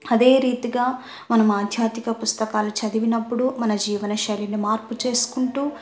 అదే రీతిగా మనం ఆధ్యాత్మిక పుస్తకాలు చదివినప్పుడు మన జీవన శైలిని మార్పు చేసుకుంటూ